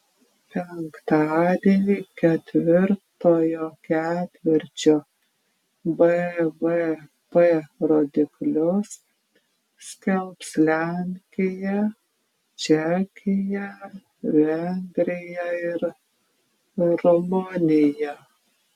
penktadienį ketvirtojo ketvirčio bvp rodiklius skelbs lenkija čekija vengrija ir rumunija